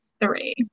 three